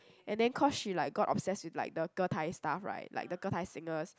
and then cause she like got obsessed with like the getai stuff right like the getai singers